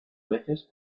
veces